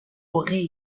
aurait